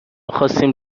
خواستیم